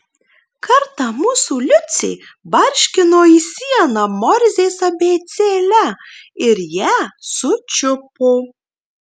kartą mūsų liucė barškino į sieną morzės abėcėle ir ją sučiupo